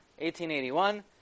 1881